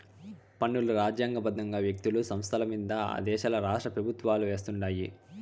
పన్నులు రాజ్యాంగ బద్దంగా వ్యక్తులు, సంస్థలమింద ఆ దేశ రాష్ట్రపెవుత్వాలు వేస్తుండాయి